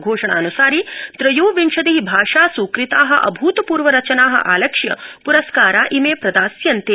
घोषणान्सारि त्रयोविंशति भाषासू कृता अभूत पूर्व रचना आलक्ष्य प्रस्कारा इमे प्रदास्यन्ते